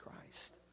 Christ